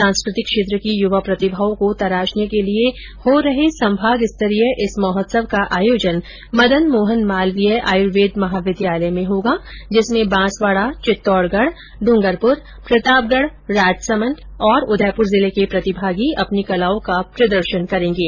सांस्कृतिक क्षेत्र की युवा प्रतिभाओं को तराशने के लिए हो रहे संभाग स्तरीय इस महोत्सव का आयोजन मदन मोहन मालवीय आयुर्वेद महाविद्यालय में होगा जिसमें बांसवाड़ा चित्तौड़गढ़ डूंगरपुर प्रतापगढ़ राजसमंद और उदयपुर जिले के प्रतिभागी अपनी कलाओं का प्रदर्शन करेंगे